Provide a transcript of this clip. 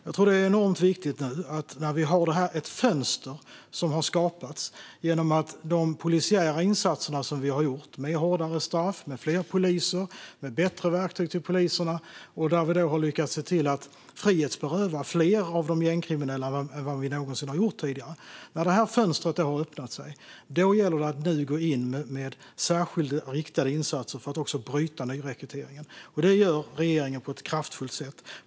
Nu har vi ett fönster som skapats genom att vi med de polisiära insatser som vi gjort med hårdare straff, fler poliser och bättre verktyg till poliserna har lyckats frihetsberöva fler av de gängkriminella än någonsin tidigare. Nu när det här fönstret har öppnats gäller det att gå in med särskilda, riktade insatser för att också bryta nyrekryteringen, och det gör regeringen på ett kraftfullt sätt.